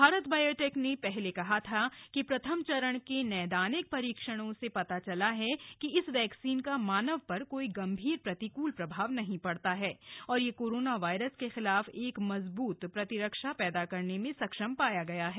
Bharat biotech ने पहले कहा था कि प्रथम चरण के नैदानिक परीक्षणों से पता चला है कि इस वैक्सीन का मानव पर कोई गंभीर प्रतिकूल प्रभाव नहीं पड़ता है और यह कोरोना वायरस के खिलाफ एक मजबूत प्रतिरक्षा पैदा करने में सक्षम पाया गया है